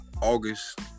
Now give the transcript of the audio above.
August